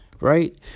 right